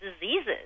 diseases